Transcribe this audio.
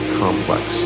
complex